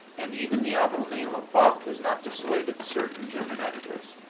and even the awful name of bach has not dissuaded certain german editors.